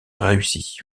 réussie